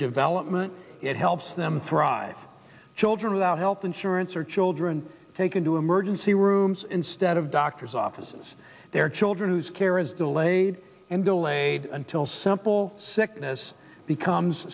development it helps them thrive children without health insurance or children taken to emergency rooms instead of doctors offices their children whose care is delayed and delayed until simple sickness becomes